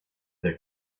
their